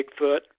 Bigfoot